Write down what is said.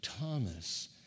Thomas